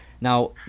now